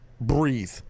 breathe